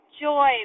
joy